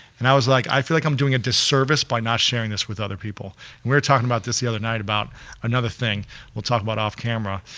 and i was like i feel like i'm doing a disservice by not sharing this with other people. we were talking about this the other night about another thing we'll talk about off camera,